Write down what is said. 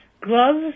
Gloves